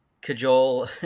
cajole